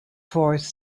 force